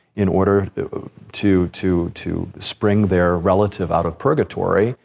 in order to, to, to spring their relative out of purgatory,